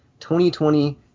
2020